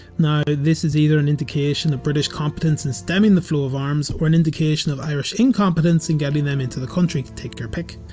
now, this is either an indication of british competence in stemming the flow of arms or an indication of irish incompetence in getting them into the country, take your pick.